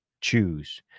choose